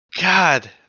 God